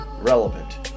relevant